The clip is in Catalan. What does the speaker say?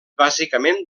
bàsicament